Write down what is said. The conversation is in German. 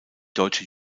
deutsche